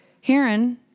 hearing